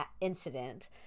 incident